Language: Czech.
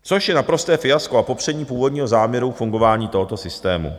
Což je naprosté fiasko, a popření původního záměru fungování tohoto systému.